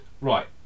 right